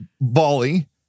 volley